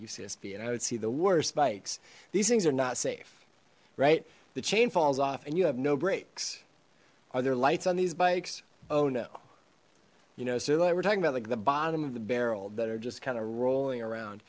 ucsb and i would see the worst bikes these things are not safe right the chain falls off and you have no brakes are there lights on these bikes oh no you know sir like we're talking about like the bottom of the barrel that are just kind of rolling around